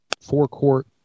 four-quart